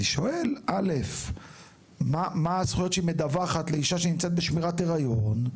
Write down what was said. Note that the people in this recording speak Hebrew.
אני שואל קודם כל מה הזכויות שהיא מדווחת לאישה שנמצאת בשמירת הריון,